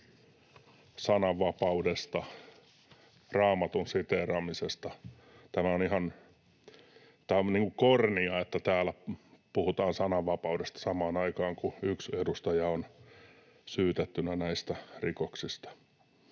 sananvapaudesta, Raamatun siteeraamisesta. Tämä on ihan kornia, että täällä puhutaan sananvapaudesta samaan aikaan, kun yksi edustaja on syytettynä näistä rikoksista.